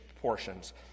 portions